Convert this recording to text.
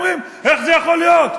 אומרים: איך זה יכול להיות?